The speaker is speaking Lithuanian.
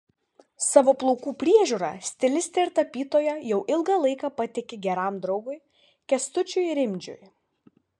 savo plaukų priežiūrą stilistė ir tapytoja jau ilgą laiką patiki geram draugui kęstučiui rimdžiui